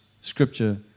scripture